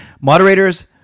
Moderators